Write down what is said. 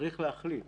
שצריך להחליט,